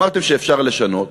אמרתם שאפשר לשנות.